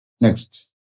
Next